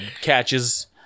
catches